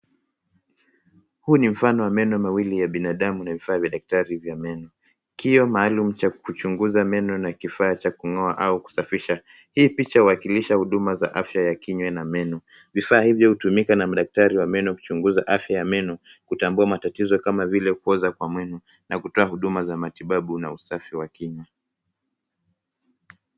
Huu ni mfano ya meno mawili ya binadamu na vifaa vya daktari vya meno. Kioo maalumu cha kuchunguza meno na kifaaa cha kung'oa au kusafisha. Hii picha huwakilisha huduma za kiafya ya kinywa na meno. Vifaa hivyo hutumika na madaktari wa meno kuchunguza afya ya meno ,kutambua matatizo kama vile kuoza kwa meno na kutoa huduma za matibu na usafi wa kinywa.